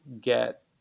get